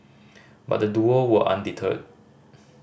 but the duo were undeterred